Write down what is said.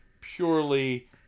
purely